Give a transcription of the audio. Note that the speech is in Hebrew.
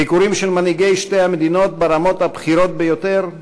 ביקורים של מנהיגי שתי המדינות ברמות הבכירות ביותר,